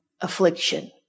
affliction